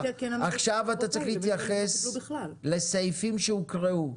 עכשיו אתה צריך להתייחס לסעיפים שהוקראו.